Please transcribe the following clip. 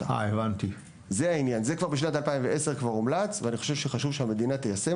זה ב-2010 הומלץ ואני חושב שחשוב שהמדינה תיישם